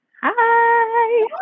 hi